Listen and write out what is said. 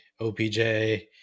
OPJ